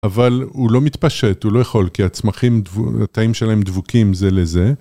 אבל הוא לא מתפשט, הוא לא יכול, כי הצמחים, הטעים שלהם דבוקים זה לזה.